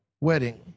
wedding